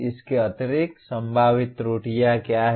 इसके अतिरिक्त संभावित त्रुटियां क्या हैं